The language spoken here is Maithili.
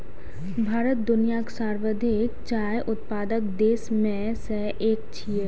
भारत दुनियाक सर्वाधिक चाय उत्पादक देश मे सं एक छियै